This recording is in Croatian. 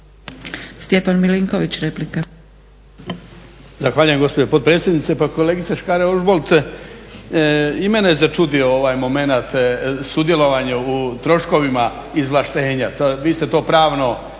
Stjepan Milinković replika.